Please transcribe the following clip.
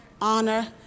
honor